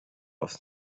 aufs